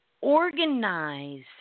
organize